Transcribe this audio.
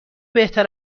بهتر